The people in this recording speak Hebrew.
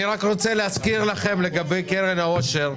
אני רק רוצה להזכיר לכם לגבי קרן העושר,